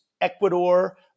Ecuador